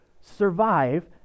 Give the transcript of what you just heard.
survive